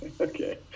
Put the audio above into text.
Okay